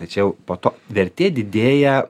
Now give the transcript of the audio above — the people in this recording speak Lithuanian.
tai čia jau po to vertė didėja